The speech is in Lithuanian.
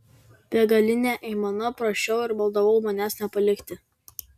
begaline aimana prašiau ir maldavau manęs nepalikti